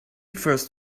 first